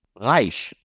reich